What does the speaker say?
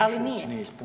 Ali nije.